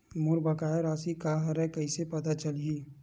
मोर बकाया राशि का हरय कइसे पता चलहि?